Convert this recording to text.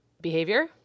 behavior